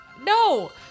No